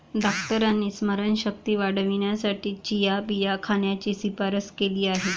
डॉक्टरांनी स्मरणशक्ती वाढवण्यासाठी चिया बिया खाण्याची शिफारस केली आहे